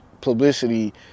publicity